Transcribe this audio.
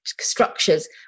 structures